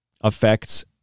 affects